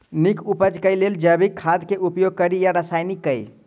नीक उपज केँ लेल जैविक खाद केँ उपयोग कड़ी या रासायनिक केँ?